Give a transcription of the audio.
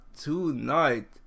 tonight